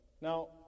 Now